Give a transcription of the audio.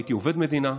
הייתי עובד מדינה,